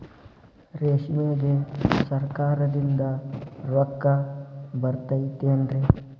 ರೇಷ್ಮೆಗೆ ಸರಕಾರದಿಂದ ರೊಕ್ಕ ಬರತೈತೇನ್ರಿ?